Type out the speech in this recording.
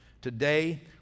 Today